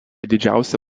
didžiausia